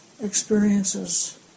experiences